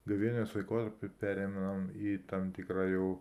gavėnios laikotarpiu pereinam į tam tikrą jau